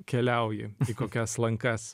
keliauji į kokias lankas